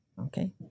okay